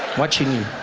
watching you